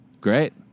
Great